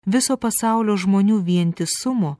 viso pasaulio žmonių vientisumo